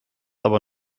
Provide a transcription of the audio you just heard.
aber